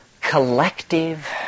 collective